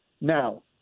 now